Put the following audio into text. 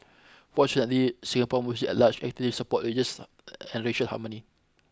fortunately Singapore Muslims at large actively support religious and racial harmony